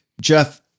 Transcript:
Jeff